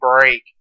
break